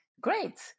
Great